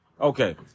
Okay